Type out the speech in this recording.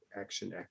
action